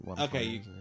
Okay